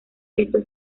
esto